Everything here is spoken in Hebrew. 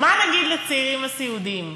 מה נגיד לצעירים הסיעודיים?